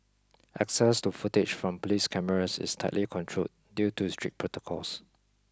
access to footage from police cameras is tightly controlled due to strict protocols